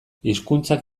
hizkuntzak